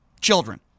children